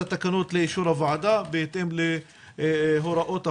התקנות לאישור הוועדה בהתאם להוראות החוק,